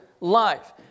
life